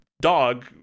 dog